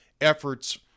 efforts